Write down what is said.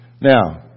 Now